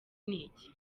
n’iki